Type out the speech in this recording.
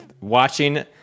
watching